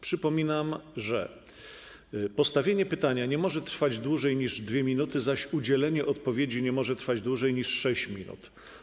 Przypominam, że postawienie pytania nie może trwać dłużej niż 2 minuty, zaś udzielenie odpowiedzi nie może trwać dłużej niż 6 minut.